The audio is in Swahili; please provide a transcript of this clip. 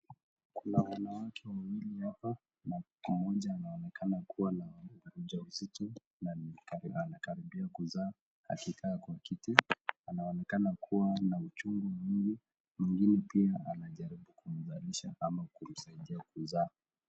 Kuna wanawake wawili hapa na mmoja anaonekana kuwa na ujauzito na amekaribia kuzaa akikaa kwa kiti. Anaonekana kuwa na uchungu mwingi, mwingine pia anajaribu kumzalisha au kumsaidia kuzaa.